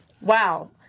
wow